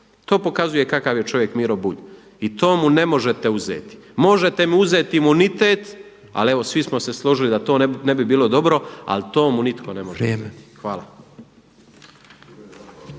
To pokazuje kakav je čovjek Miro Bulj i to mu ne možete uzeti. Možete mu uzeti imunitet, ali evo svi smo se složili da to ne bi bilo dobro, ali to mu nitko ne može uzeti. Hvala.